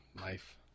life